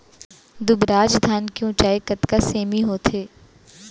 दुबराज धान के ऊँचाई कतका सेमी होथे?